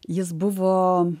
jis buvo